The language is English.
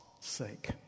sake